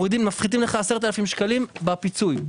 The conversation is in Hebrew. מפחיתים לך 10,000 שקלים בפיצוי.